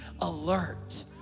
alert